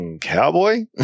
Cowboy